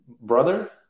brother